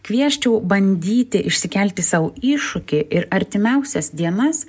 kviesčiau bandyti išsikelti sau iššūkį ir artimiausias dienas